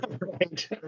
Right